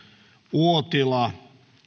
uotila